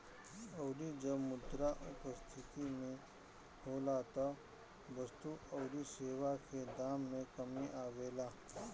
अउरी जब मुद्रा अपस्थिति में होला तब वस्तु अउरी सेवा के दाम में कमी आवेला